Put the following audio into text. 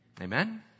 amen